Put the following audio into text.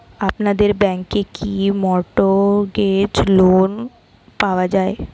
আপনাদের ব্যাংকে কি মর্টগেজ লোন পাওয়া যায়?